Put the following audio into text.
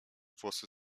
włosy